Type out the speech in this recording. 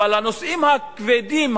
אבל הנושאים הכבדים,